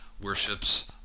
worships